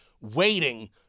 waiting